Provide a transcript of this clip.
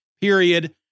period